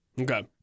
Okay